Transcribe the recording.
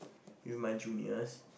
with my juniors